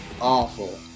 awful